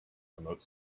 remote